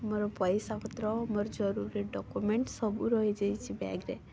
ମୋର ପାଇସପତ୍ର ମୋର ଜରୁରୀ ଡକୁମେଣ୍ଟ୍ସ୍ ସବୁ ରହିଯାଇଛି ବ୍ୟାଗରେ